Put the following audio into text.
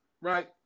right